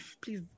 please